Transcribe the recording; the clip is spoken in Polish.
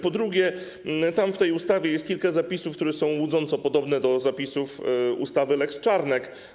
Po drugie, w tej ustawie jest kilka zapisów, które są łudząco podobne do zapisów ustawy lex Czarnek.